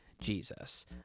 Jesus